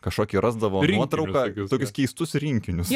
kažkokį rasdavo nuotrauką tokius keistus rinkinius